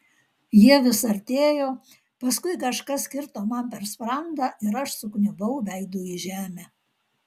jie vis artėjo paskui kažkas kirto man per sprandą ir aš sukniubau veidu į žemę